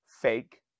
fake